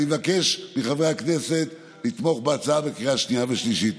אני מבקש מחברי הכנסת לתמוך בהצעה בקריאה שנייה ושלישית.